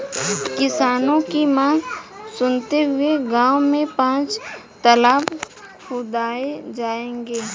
किसानों की मांग सुनते हुए गांव में पांच तलाब खुदाऐ जाएंगे